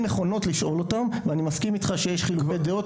נכונות לשאול אותן ואני מסכים איתך שיש חילוקי דעות